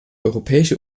europäische